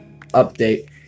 update